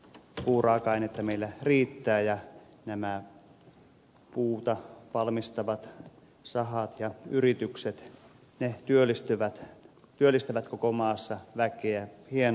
puuraaka ainetta meillä riittää ja puuta valmistavat sahat ja yritykset työllistävät koko maassa väkeä hienosti